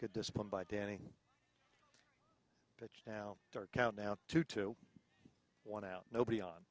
good discipline by danny pitched now dark out now two to one out nobody on